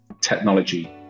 technology